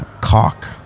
cock